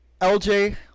LJ